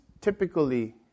typically